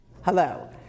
Hello